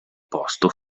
posto